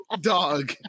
Dog